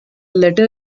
letter